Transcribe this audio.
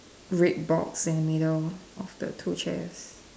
red box in the middle of the two chairs